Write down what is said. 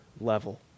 level